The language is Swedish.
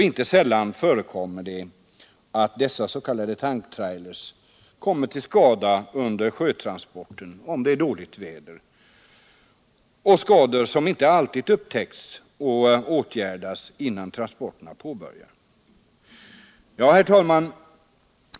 Inte sällan förekommer det att dessa tank-trailers kommer till skada under sjötransporten om det är dåligt väder, och det är inte alltid sådana skador upptäcks och åtgärdas innan transporten påbörjas. Herr talman!